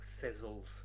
fizzles